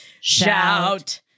Shout